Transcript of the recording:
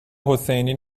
حسینی